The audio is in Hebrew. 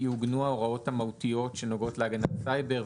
יעוגנו ההוראות המהותיות שנוגעות להגנה בסייבר,